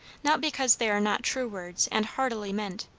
not because they are not true words and heartily meant,